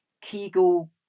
Kegel